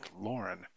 Lauren